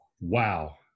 Wow